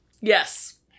Yes